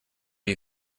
you